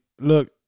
look